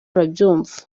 urabyumva